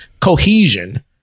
cohesion